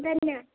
धन्यवाद